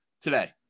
today